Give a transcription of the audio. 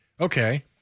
okay—